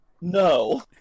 No